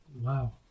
Wow